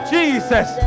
Jesus